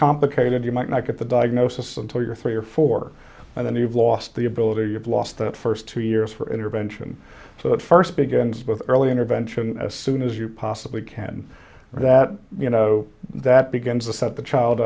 complicated you might not get the diagnosis until you're three or four and a noob lost the ability to have lost the first two years for intervention so that first begins with early intervention as soon as you possibly can that you know that begins to set the child